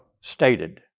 stated